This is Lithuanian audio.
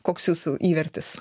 koks jūsų įvertis